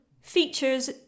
features